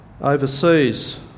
Overseas